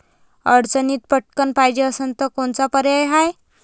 अडचणीत पटकण पायजे असन तर कोनचा पर्याय हाय?